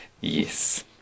Yes